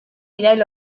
irail